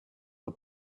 the